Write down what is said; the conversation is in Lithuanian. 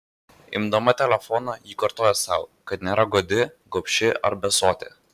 imdama telefoną ji kartojo sau kad nėra godi gobši ar besotė